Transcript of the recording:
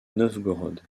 novgorod